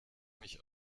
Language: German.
mich